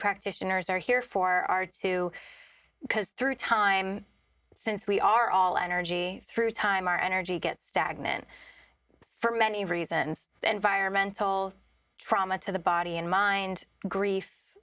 practitioners are here for are two because through time since we are all energy through time our energy gets stagnant for many reasons environmental trauma to the body and mind grief